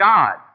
God